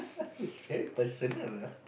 it's very personal lah